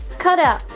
cut out,